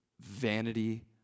Vanity